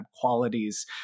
qualities